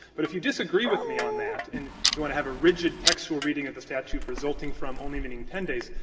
but if you disagree with me on that and you want to have a rigid textual reading of the statute resulting from only meaning ten days,